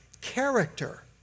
character